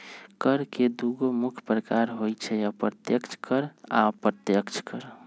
कर के दुगो मुख्य प्रकार होइ छै अप्रत्यक्ष कर आ अप्रत्यक्ष कर